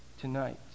tonight